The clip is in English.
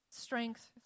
strength